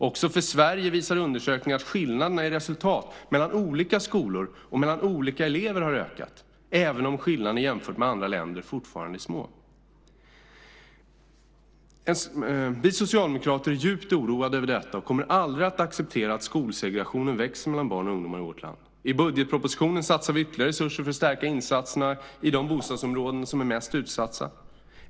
Också för Sverige visar undersökningen att skillnaderna i resultat mellan olika skolor och mellan olika elever har ökat, även om skillnaderna jämfört med andra länder fortfarande är små. Vi socialdemokrater är djupt oroade över detta och kommer aldrig att acceptera att skolsegregationen växer mellan barn och ungdomar i vårt land. I budgetpropositionen satsar vi ytterligare resurser för att stärka insatserna i de bostadsområden som är mest utsatta.